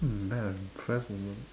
hmm I am impressed moment